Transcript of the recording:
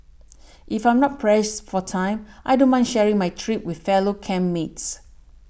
if I'm not pressed for time I don't mind sharing my trip with fellow camp mates